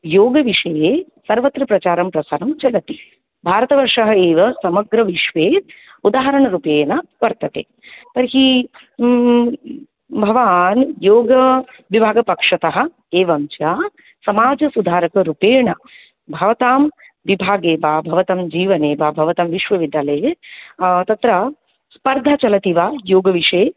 योगविषये सर्वत्र प्रचारं प्रसारं चलति भारतवर्षः एव समग्रविश्वे उदाहरणरूपेण वर्तते तर्हि भवान् योग विभागपक्षतः एवं च समाजसुधारकरूपेण भवतां विभागे वा भवतां जीवने वा भवतां विश्वविद्यालये तत्र स्पर्धा चलति वा योगविषये